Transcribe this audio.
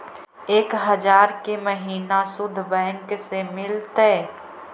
एक हजार के महिना शुद्ध बैंक से मिल तय?